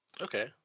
Okay